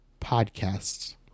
podcasts